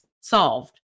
solved